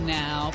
now